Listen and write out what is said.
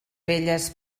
velles